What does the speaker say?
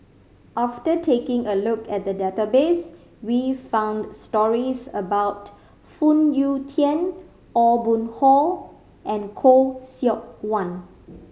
after taking a look at the database we found stories about Phoon Yew Tien Aw Boon Haw and Khoo Seok Wan